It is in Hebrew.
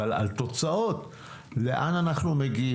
אבל על תוצאות לאן אנחנו מגיעים,